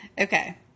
Okay